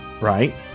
right